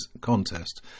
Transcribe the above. contest